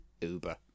Uber